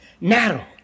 narrow